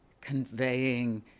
conveying